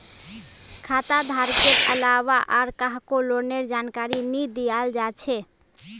खाता धारकेर अलावा आर काहको लोनेर जानकारी नी दियाल जा छे